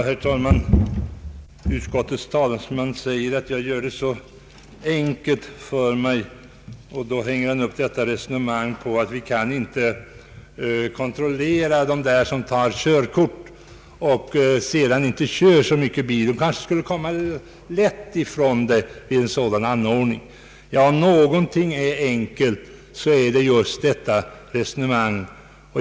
Herr talman! Utskottets talesman påstår att jag gör det så enkelt för mig. Han hänger upp detta resonemang på att vi inte kan kontrollera de personer som har körkort men sedan inte kör bil så mycket. Dessa kanske lätt skulle kunna komma undan vid en sådan här anordning. Om någonting är enkelt, är det just detta resonemang.